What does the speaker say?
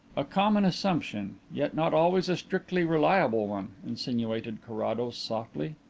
a common assumption, yet not always a strictly reliable one, insinuated carrados softly.